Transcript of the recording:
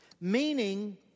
meaning